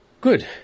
Good